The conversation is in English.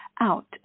out